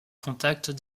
contact